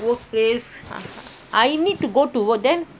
workplace I need to go to work then